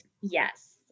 Yes